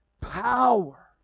power